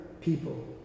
people